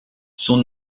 son